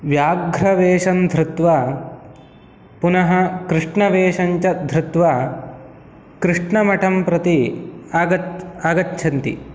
व्याघ्रवेषं धृत्वा पुनः कृष्णवेषं च धृत्वा कृष्णमठं प्रति आगत् आगच्छन्ति